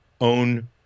own